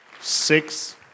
six